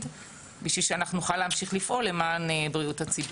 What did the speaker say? כדי שנוכל להמשיך לפעול למען בריאות הציבור.